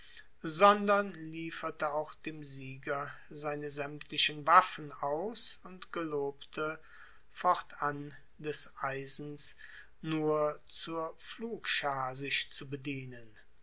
sondern lieferte auch dem sieger seine saemtlichen waffen aus und gelobte fortan des eisens nur zur pflugschar sich zu bedienen